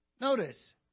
Notice